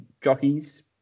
jockeys